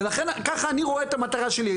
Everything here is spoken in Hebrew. ככה אני רואה את המטרה שלי.